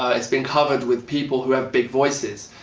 it's been covered with people who have big voices.